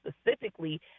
specifically